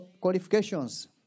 qualifications